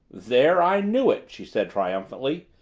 there, i knew it! she said triumphantly.